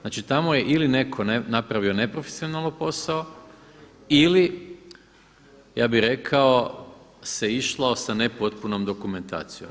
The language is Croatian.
Znači tamo je ili neko napravio neprofesionalno posao ili ja bi rekao se išlo sa nepotpunom dokumentacijo.